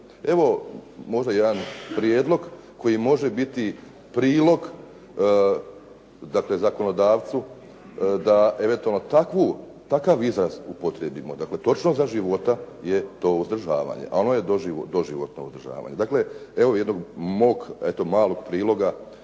Evo možda jedan prijedlog koji može biti prilog dakle, zakonodavcu da eventualno takav izraz upotrijebio dakle točno za života je to uzdržavanje a ono je doživotno uzdržavnje. Dakle, evo jednog mog, eto malog priloga